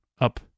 up